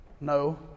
No